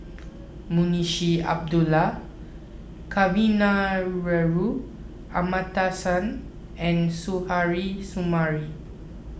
Munshi Abdullah Kavignareru Amallathasan and Suzairhe Sumari